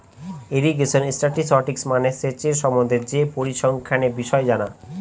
irrigation statistics মানে সেচের সম্বন্ধে যে পরিসংখ্যানের বিষয় জানা